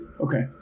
Okay